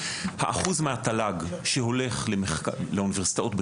האחוז מהתל"ג שהולך לאוניברסיטאות בכלל,